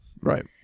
Right